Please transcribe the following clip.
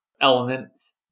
elements